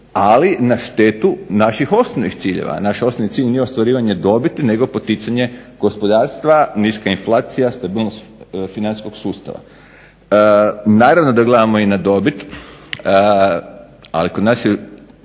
ali na štetu naših osnovnih ciljeva. Naš osnovni cilj nije ostvarivanje dobiti nego poticanje gospodarstva, niska inflacija, stabilnost financijskog sustava. Naravno da gledamo i na dobit ali kod nas prvo